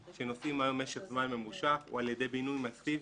שנוסעים היום משך זמן ממושך הוא על ידי בינוי מסיבי.